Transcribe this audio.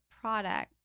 product